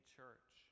church